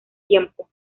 tiempo